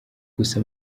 gusa